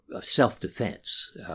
self-defense